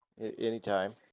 anytime